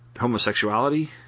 homosexuality